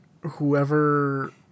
whoever